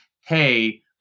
hey